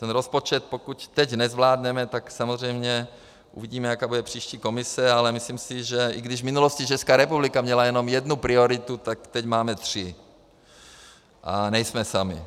Ten rozpočet, pokud teď nezvládneme, tak samozřejmě, uvidíme, jaká bude příští Komise, ale myslím si, že i když v minulosti Česká republika měli jenom jednu prioritu, tak teď máme tři a nejsme sami.